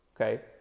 okay